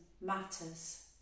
matters